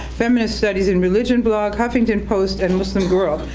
feminist studies in religion blog, huffington post, and muslim girl.